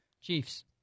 Chiefs